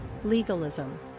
legalism